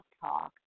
talk